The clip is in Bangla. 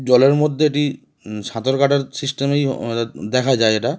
জলের মধ্যে এটি সাঁতর কাটার সিস্টেমেই দেখা যায় এটা